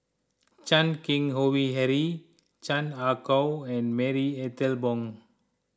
Chan Keng Howe Harry Chan Ah Kow and Marie Ethel Bong